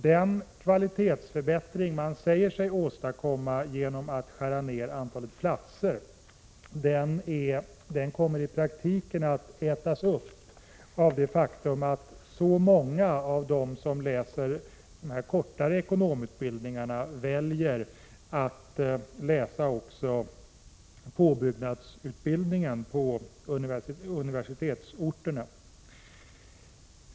Den kvalitetsförbättring som man säger sig åstadkomma genom att skära ner antalet platser kommer i praktiken att ätas upp av det faktum att så många av dem som läser de kortare ekonomutbildningarna väljer att läsa också påbyggnadsutbildningen på universitetsorterna.